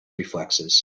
reflexes